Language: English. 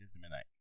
midnight